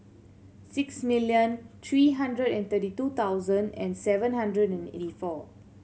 six million three hundred and thirty two thousand and seven hundred and eighty four